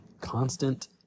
constant